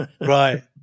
right